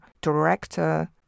director